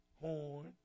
horn